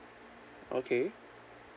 okay